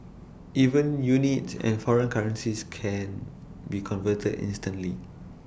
even units and foreign currencies can be converted instantly